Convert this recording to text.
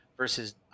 versus